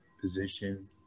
position